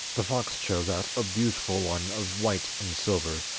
the fox chose out a beautiful one of white and silver,